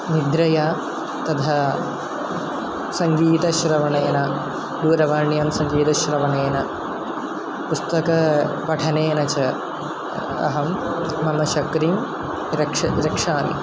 निद्रया तथा सङ्गीतश्रवणेन दूरवाण्यां सङ्गीतश्रवणेन पुस्तकपठनेन च अहं मम शक्तिं रक्षामि रक्षामि